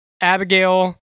Abigail